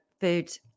foods